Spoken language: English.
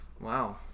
Wow